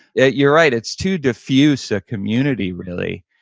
yet you're right it's too diffusive community really,